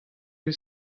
bet